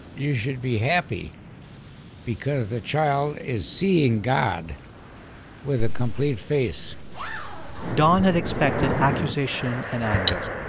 you should be happy because the child is seeing god with a complete face don had expected accusation and anger.